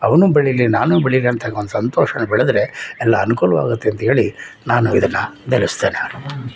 ಅವನು ಬೆಳೀಲಿ ನಾನು ಬೆಳೀಲಿ ಅಂತಕ್ಕಂಥ ಸಂತೋಷ ಬೆಳೆದರೆ ಎಲ್ಲ ಅನುಕೂಲವಾಗುತ್ತೆ ಅಂಥೇಳಿ ನಾನು ಇದನ್ನು ನಿಲ್ಲಿಸ್ತೇನೆ